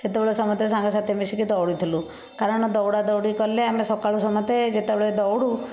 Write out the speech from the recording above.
ସେତେବେଳେ ସମସ୍ତେ ସାଙ୍ଗସାଥି ମିଶିକି ଦୌଡ଼ି ଥିଲୁ କାରଣ ଦୌଡ଼ାଦୌଡ଼ି କଲେ ଆମେ ସକାଳୁ ସମସ୍ତେ ଯେତେବେଳେ ଦୌଡୁ